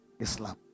Islam